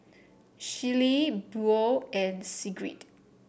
Shelley Buel and Sigrid